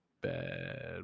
bad